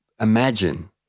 Imagine